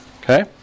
Okay